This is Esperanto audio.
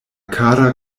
kara